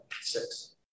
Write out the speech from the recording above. six